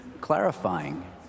clarifying